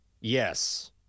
yes